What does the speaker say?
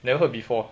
never heard before